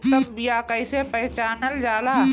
उत्तम बीया कईसे पहचानल जाला?